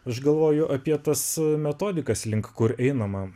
aš galvoju apie tas metodikas link kur einama